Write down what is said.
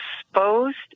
exposed